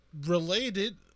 related